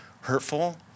hurtful